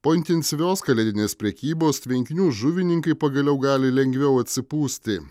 po intensyvios kalėdinės prekybos tvenkinių žuvininkai pagaliau gali lengviau atsipūsti